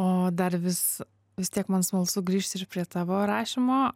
o dar vis vis tiek man smalsu grįžt ir prie tavo rašymo